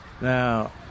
Now